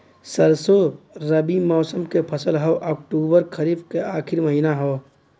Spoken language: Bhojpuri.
सरसो रबी मौसम क फसल हव अक्टूबर खरीफ क आखिर महीना हव